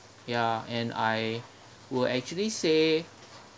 ya and I will actually say